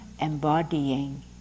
embodying